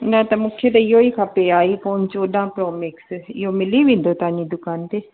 न त मूंखे त इहेई खपे आई फ़ोन चोॾहं प्रो मैक्स इहो मिली वेंदो तव्हांजी दुकानु ते